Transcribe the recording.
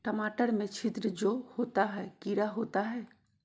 टमाटर में छिद्र जो होता है किडा होता है?